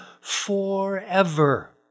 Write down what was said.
forever